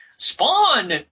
Spawn